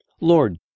Lord